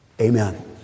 Amen